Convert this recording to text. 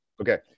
okay